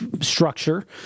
structure